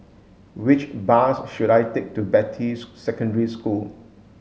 which bus should I take to Beatty Secondary School